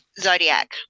Zodiac